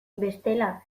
bestela